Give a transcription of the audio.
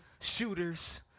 shooters